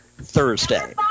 Thursday